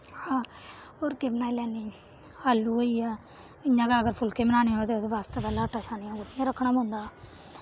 अ होर केह् बनाई लैनी आलू होइया इ'यां गै अगर फुल्के बनाने होऐ ओह्दे बास्तै पैह्लें आटा छानियै गु'न्नियै रखना पौंदा